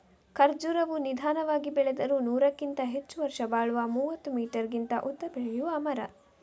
ಖರ್ಜುರವು ನಿಧಾನವಾಗಿ ಬೆಳೆದರೂ ನೂರಕ್ಕಿಂತ ಹೆಚ್ಚು ವರ್ಷ ಬಾಳುವ ಮೂವತ್ತು ಮೀಟರಿಗಿಂತ ಉದ್ದ ಬೆಳೆಯುವ ಮರ